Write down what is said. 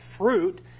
Fruit